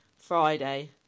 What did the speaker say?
Friday